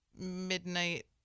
midnight